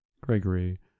Gregory